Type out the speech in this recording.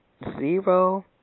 zero